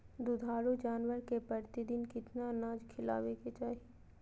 दुधारू जानवर के प्रतिदिन कितना अनाज खिलावे के चाही?